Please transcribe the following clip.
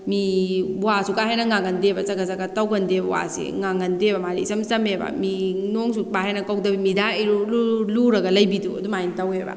ꯃꯤ ꯋꯥꯁꯨ ꯀꯥ ꯍꯦꯟꯅ ꯉꯥꯡꯒꯟꯗꯦꯕ ꯆꯒꯠ ꯆꯒꯠ ꯇꯧꯒꯟꯗꯦꯕ ꯋꯥꯁꯦ ꯉꯥꯡꯒꯟꯗꯦꯕ ꯃꯥꯗꯤ ꯏꯆꯝ ꯆꯝꯃꯦꯕ ꯃꯤ ꯅꯣꯡꯁꯨ ꯄꯥꯛ ꯍꯦꯟꯅ ꯀꯧꯗꯕ ꯃꯤꯗꯥ ꯏꯔꯨ ꯂꯨꯔꯒ ꯂꯩꯕꯤꯗꯨ ꯑꯗꯨꯃꯥꯏꯅ ꯇꯧꯑꯦꯕ